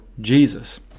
Jesus